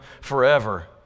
forever